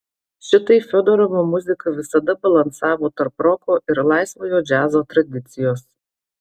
šitaip fiodorovo muzika visada balansavo tarp roko ir laisvojo džiazo tradicijos